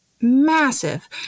massive